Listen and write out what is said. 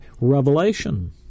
revelation